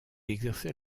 exerçait